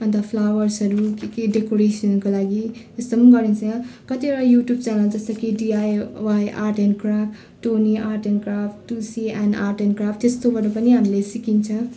अन्त फ्लावर्सहरू के के डेकोरेसनको लागि यस्तो गरिन्छ कतिवटा यु ट्युब च्यानल जस्तो कि D I Y art and craft Tony art and craft Tulsi and art and craft त्यस्तोहरू पनि हामीले सिकिन्छ